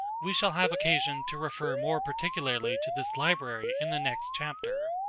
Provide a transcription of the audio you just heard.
we shall have occasion to refer more particularly to this library in the next chapter.